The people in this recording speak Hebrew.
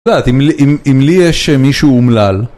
יודעת... אם לי יש מישהו אומלל